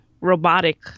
robotic